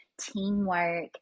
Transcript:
teamwork